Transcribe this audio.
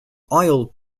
oil